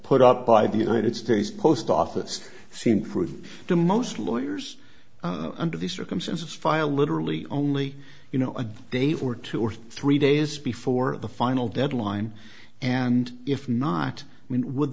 put up by the united states post office seem prove to most lawyers under these circumstances file literally only you know a day or two or three days before the final deadline and if not when with